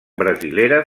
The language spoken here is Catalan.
brasilera